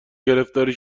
گرفتاری